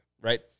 Right